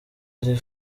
hari